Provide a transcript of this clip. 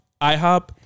IHOP